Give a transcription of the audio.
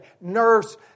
nurse